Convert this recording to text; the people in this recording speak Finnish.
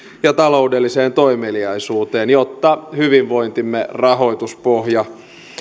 ja taloudelliseen toimeliaisuuteen jotta hyvinvointimme rahoituspohja